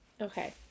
Okay